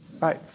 Right